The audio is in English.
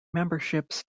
memberships